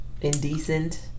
Indecent